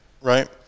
right